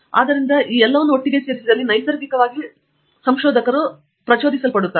ಆದ್ದರಿಂದ ನೀವು ಎಲ್ಲವನ್ನೂ ಒಟ್ಟಿಗೆ ಸೇರಿಸಿದಲ್ಲಿ ನೈಸರ್ಗಿಕವಾಗಿ ಸಂಶೋಧಕರು ಸ್ವಾಭಾವಿಕವಾಗಿ ಪ್ರಚೋದಿಸಲ್ಪಡುತ್ತಾರೆ